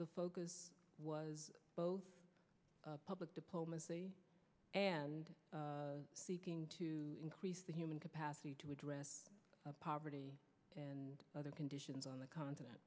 the focus was both public diplomacy and seeking to increase the human capacity to address poverty and other conditions on the continent